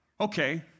Okay